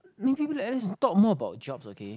maybe let's talk more about jobs okay